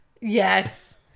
yes